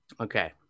Okay